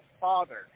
Father